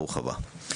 ברוך הבא.